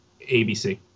ABC